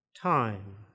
time